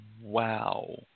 wow